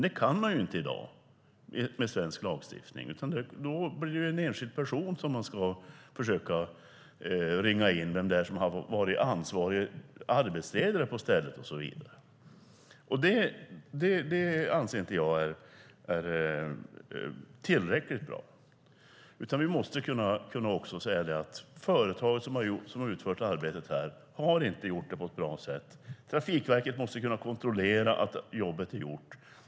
Det kan man inte i dag med svensk lagstiftning, utan det blir en enskild person - den som varit ansvarig arbetsledare på stället och så vidare - som man ska försöka ringa in. Det anser jag inte är tillräckligt bra, utan vi måste kunna säga att företaget som har utfört arbetet inte har gjort det på ett bra sätt. Trafikverket måste kunna kontrollera att jobbet är gjort.